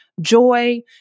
joy